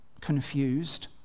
confused